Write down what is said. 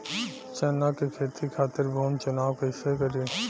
चना के खेती खातिर भूमी चुनाव कईसे करी?